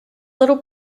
little